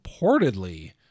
reportedly